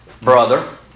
brother